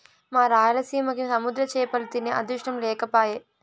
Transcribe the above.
మా రాయలసీమకి సముద్ర చేపలు తినే అదృష్టం లేకపాయె